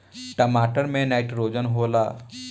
टमाटर मे नाइट्रोजन होला?